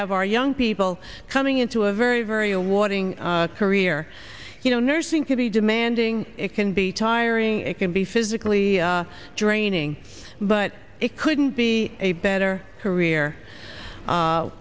have our young people coming into a very very awarding career you know nursing to be demanding it can be tiring it can be physically draining but it couldn't be a better career